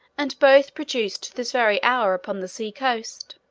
and both produced to this very hour upon the sea-coast.